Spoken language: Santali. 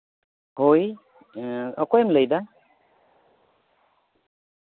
ᱦᱳᱭ ᱚᱠᱚᱭᱮᱢ ᱞᱟᱹᱭᱫᱟ